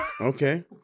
Okay